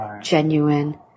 genuine